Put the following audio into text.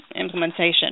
implementation